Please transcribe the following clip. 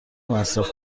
مصرف